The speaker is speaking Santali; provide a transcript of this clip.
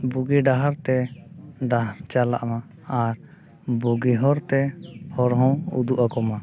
ᱵᱩᱜᱤ ᱰᱟᱦᱟᱨᱛᱮ ᱪᱟᱞᱟᱜ ᱢᱟ ᱟᱨ ᱵᱩᱜᱤ ᱦᱚᱨᱛᱮ ᱦᱚᱲᱦᱚᱢ ᱩᱫᱩᱜ ᱟᱠᱚᱢᱟ